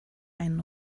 einen